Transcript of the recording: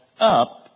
up